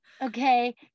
Okay